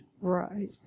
Right